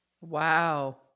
Wow